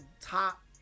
top